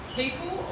people